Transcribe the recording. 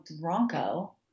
Bronco